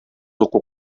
уку